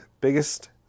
biggest